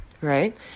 right